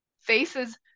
faces